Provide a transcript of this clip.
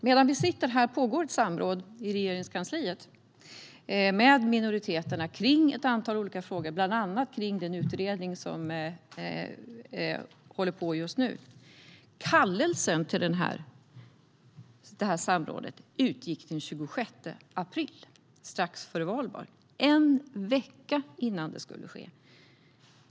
Medan vi sitter här pågår ett samråd i Regeringskansliet med minoriteterna om ett antal olika frågor, bland annat om den utredning som pågår just nu. Kallelsen till detta samråd utgick den 26 april, strax före valborg, alltså en vecka innan det skulle äga rum.